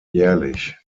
jährlich